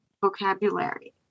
vocabulary